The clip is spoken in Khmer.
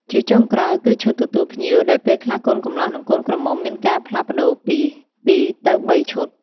ជាចុងក្រោយ គឺឈុតទទួលភ្ញៀវ ដែលពេលខ្លះកូនកំលោះនិងកូនក្រមុំមានការផ្លាស់ប្តូរពី ពីរទៅបីឈុត។